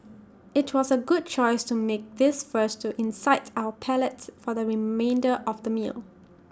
IT was A good choice to make this first to incite our palate for the remainder of the meal